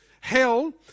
hell